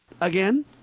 again